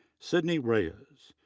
sydney reyes,